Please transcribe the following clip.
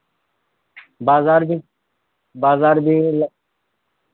بازار بھی بازار بھی